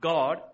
God